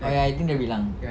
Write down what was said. ya ya I think dia bilang